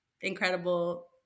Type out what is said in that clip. incredible